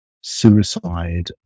suicide